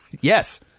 Yes